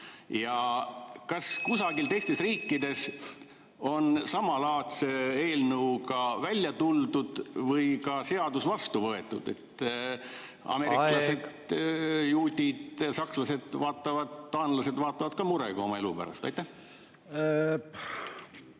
Kas kusagil teistes riikides see on samalaadse eelnõuga välja tuldud või ka seadus vastu võetud? Aeg! Ameeriklased, juudid, sakslased ja taanlased vaatavad ka murega oma elu pärast. Vastan